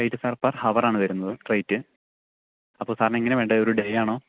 rate sir per hour ആണ് വരുന്നത് rate അപ്പോൾ സാറിന് എങ്ങനെയാണ് വേണ്ടത് ഒരു ഡേ ആണോ